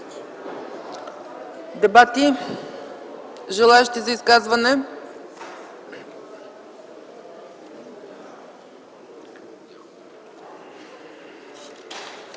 Дебати? Желаещи за изказване?